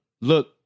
look